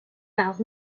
par